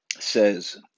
says